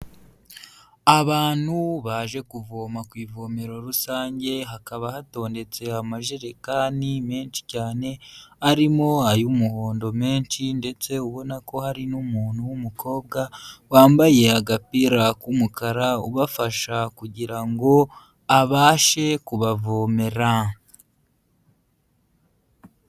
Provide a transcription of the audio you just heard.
Abantu baje kuvoma ku ivomero rusange, hakaba hatondetse amajerekani menshi cyane arimo ay'umuhondo menshi ndetse ubona ko hari n'umuntu w'umukobwa wambaye agapira k'umukara ubafasha kugira ngo abashe kubavomera.